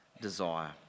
desire